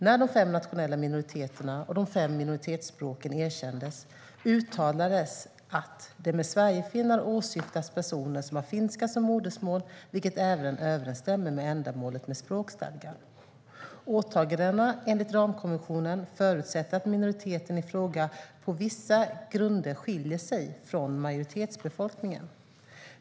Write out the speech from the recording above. När de fem nationella minoriteterna och de fem minoritetsspråken erkändes uttalades att det med sverigefinnar åsyftas personer som har finska som modersmål, vilket även överensstämmer med ändamålet med språkstadgan. Åtagandena enligt ramkonventionen förutsätter att minoriteten i fråga på vissa grunder skiljer sig från majoritetsbefolkningen.